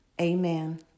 Amen